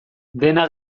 dena